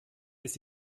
ist